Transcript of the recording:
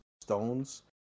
stones